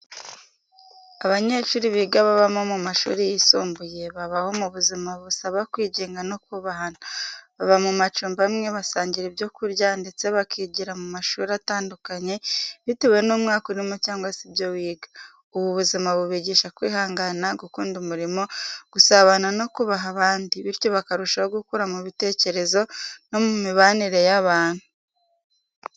Abanyeshuri biga babamo mu mashuri yisumbuye, babaho mu buzima busaba kwigenga no kubahana. Baba mu macumbi amwe, basangira ibyo kurya, ndetse bakigira mu mashuri atandukanye bitewe n’umwaka urimo cyangwa se ibyo wiga. Ubu buzima bubigisha kwihangana, gukunda umurimo, gusabana no kubaha abandi, bityo bakarushaho gukura mu bitekerezo no mu mibanire y’abantu.